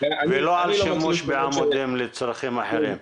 ולא על שימוש בעמודים לצרכים אחרים.